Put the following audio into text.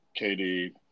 KD